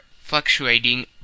fluctuating